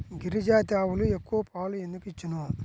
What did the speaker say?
గిరిజాతి ఆవులు ఎక్కువ పాలు ఎందుకు ఇచ్చును?